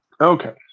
okay